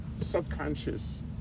subconscious